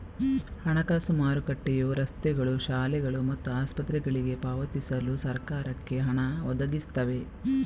ಹಣಕಾಸು ಮಾರುಕಟ್ಟೆಯು ರಸ್ತೆಗಳು, ಶಾಲೆಗಳು ಮತ್ತು ಆಸ್ಪತ್ರೆಗಳಿಗೆ ಪಾವತಿಸಲು ಸರಕಾರಕ್ಕೆ ಹಣ ಒದಗಿಸ್ತವೆ